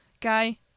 guy